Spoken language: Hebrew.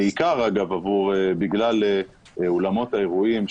בעיקר בגלל אולמות האירועים,